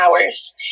hours